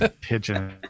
Pigeon